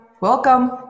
Welcome